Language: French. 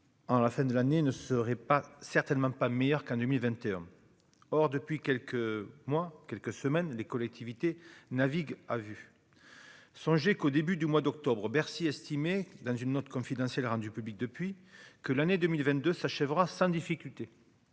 la fin de l'année, ne serait pas certainement pas meilleur qu'un demi vingt-et-un or, depuis quelques mois, quelques semaines, les collectivités navigue à vue, songez qu'au début du mois d'octobre, Bercy estimé dans une note confidentielle rendue publique depuis que l'année 2022 s'achèvera sans difficulté